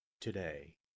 today